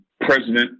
president